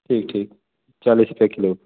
ठीक चालीस रुपए किलो